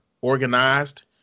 organized